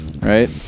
Right